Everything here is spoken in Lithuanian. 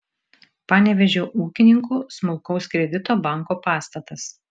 panevėžio ūkininkų smulkaus kredito banko pastatas